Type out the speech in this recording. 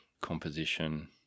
composition